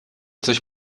coś